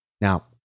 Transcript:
Now